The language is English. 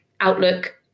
Outlook